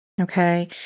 okay